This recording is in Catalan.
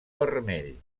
vermell